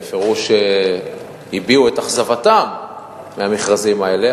הם בפירוש הביעו את אכזבתם מהמכרזים האלה,